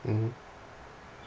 mmhmm